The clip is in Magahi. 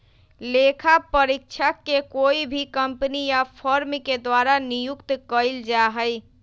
लेखा परीक्षक के कोई भी कम्पनी या फर्म के द्वारा नियुक्त कइल जा हई